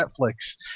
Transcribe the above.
netflix